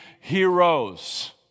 heroes